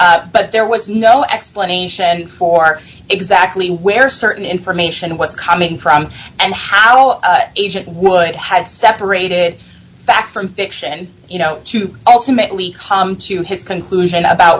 collected but there was no explanation for exactly where certain information was coming from and how agent would have separated fact from fiction you know to ultimately come to his conclusion about